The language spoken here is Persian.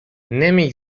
نمی